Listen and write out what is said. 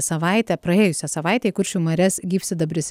savaitę praėjusią savaitę į kuršių marias gyvsidabris